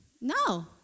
No